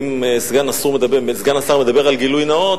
אם סגן השר מדבר על גילוי נאות,